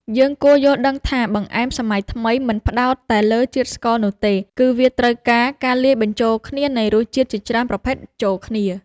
យើងគួរយល់ដឹងថាបង្អែមសម័យថ្មីមិនផ្ដោតតែលើជាតិស្ករនោះទេ គឺវាត្រូវការការលាយបញ្ចូលគ្នានៃរសជាតិជាច្រើនប្រភេទចូលគ្នា។